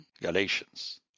Galatians